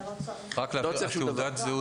אתה לא צריך את החתימה של ההורה?